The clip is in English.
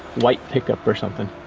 white pickup or something.